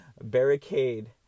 barricade